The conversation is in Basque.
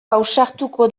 ausartuko